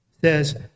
says